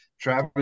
Travis